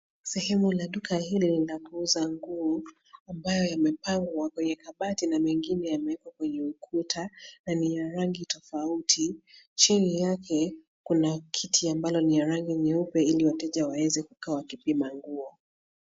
Sehemu la duka hili lina nguo ambayo yamepangwa kwenye kabati na mengine yamewekwa kwenye ukuta na ni ya rangi tofauti. Chini yake, kuna kiti ambalo ni ya rangi nyeupe ili wateja waweze kukaa wakipima nguo.